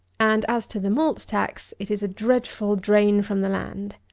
and as to the malt tax, it is a dreadful drain from the land.